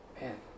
Man